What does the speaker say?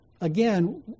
again